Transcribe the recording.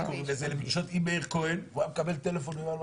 הוא היה מקבל טלפון.